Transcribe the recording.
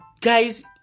guys